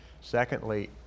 Secondly